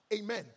Amen